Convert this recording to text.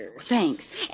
Thanks